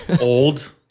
Old